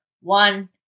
one